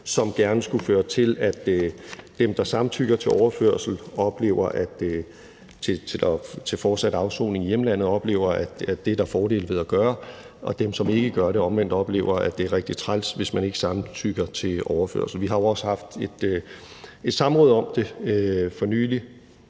som gerne skulle føre til, at dem, der samtykker til overførsel til fortsat afsoning i hjemlandet, oplever, at der er fordele ved at gøre det, og at dem, som ikke gør det, omvendt oplever, at det er rigtig træls, hvis man ikke samtykker til overførsel. Vi har også for nylig haft et samråd – er det 14 dage